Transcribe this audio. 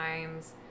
times